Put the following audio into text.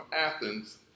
Athens